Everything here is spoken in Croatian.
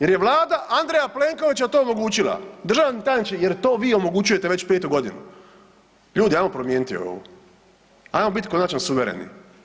Jer je Vlada Andreja Plenkovića to omogućila, državni tajniče jer to vi omogućujete već 5.g. Ljudi ajmo promijeniti ovo, ajmo bit konačno suvereni.